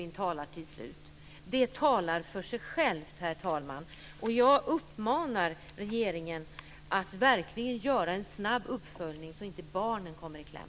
Dessa siffror talar för sig själva, herr talman. Jag uppmanar regeringen att verkligen göra en snabb uppföljning, så att barnen inte kommer i kläm.